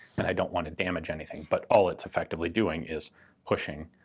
and i don't want to damage anything. but all it's effectively doing is pushing